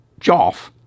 Joff